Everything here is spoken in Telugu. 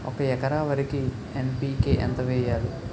ఒక ఎకర వరికి ఎన్.పి కే ఎంత వేయాలి?